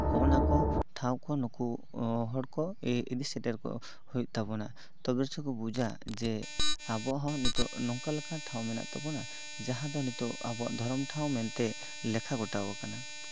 ᱦᱚᱜᱼᱚᱭ ᱱᱟ ᱠᱚ ᱴᱷᱟᱶ ᱠᱚ ᱱᱩᱠᱩ ᱦᱚᱲ ᱠᱚ ᱤᱫᱤ ᱥᱮᱴᱮᱨ ᱠᱚ ᱦᱩᱭᱩᱜ ᱛᱟᱵᱳᱱᱟ ᱛᱚᱵᱮ ᱨᱮᱥᱮ ᱠᱚ ᱵᱩᱡᱟ ᱡᱮ ᱟᱵᱚ ᱦᱚᱸ ᱱᱤᱛᱚᱜ ᱱᱚᱝᱠᱟ ᱞᱮᱠᱟ ᱴᱷᱟᱶ ᱢᱮᱱᱟᱜ ᱛᱟᱵᱳᱱᱟ ᱡᱟᱦᱟᱸ ᱫᱚ ᱱᱤᱛᱚᱜ ᱟᱵᱚᱣᱟᱜ ᱞᱮᱠᱷᱟ ᱜᱚᱴᱟᱣ ᱟᱠᱟᱱᱟ